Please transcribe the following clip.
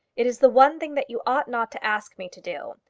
it is the one thing that you ought not to ask me to do.